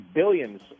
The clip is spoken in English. billions